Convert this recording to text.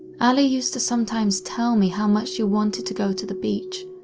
allie used to sometimes tell me how much she wanted to go to the beach,